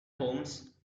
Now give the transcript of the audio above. homes